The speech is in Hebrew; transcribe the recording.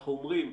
אנחנו אומרים,